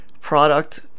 product